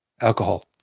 alcohol